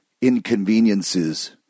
inconveniences